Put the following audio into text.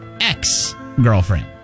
ex-girlfriend